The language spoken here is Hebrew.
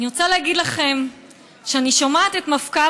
אני רוצה להגיד לכם שכשאני שומעת את מפכ"ל